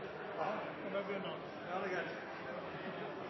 må være fornybart. Det er